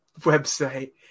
website